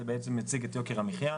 זה מציג את יוקר המחיה.